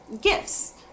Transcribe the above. gifts